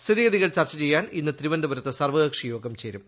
സ്ഥിതിഗതികൾ ചർച്ച ചെയ്യാൻ ഇന്ന് തിരുവനന്തപുരത്ത് സർവ്വകക്ഷിയോഗം ചേരും